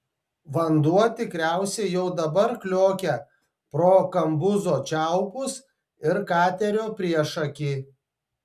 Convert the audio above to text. vanduo tikriausiai jau dabar kliokia pro kambuzo čiaupus ir katerio priešakį